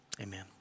Amen